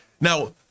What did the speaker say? Now